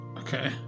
Okay